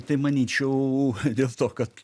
tai manyčiau dėl to kad